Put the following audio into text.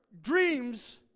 dreams